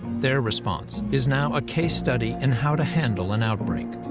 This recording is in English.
their response is now a case study in how to handle an outbreak.